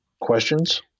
questions